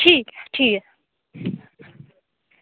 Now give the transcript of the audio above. ठीक ऐ ठीक ऐ